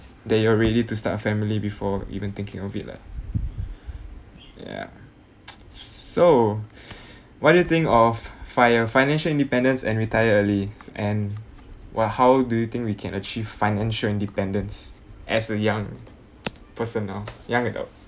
that you're ready to start a family before even thinking of it lah yeah so what do you think of fire financial independence and retire early and what how do you think we can achieve financial independence as a young personnel young adult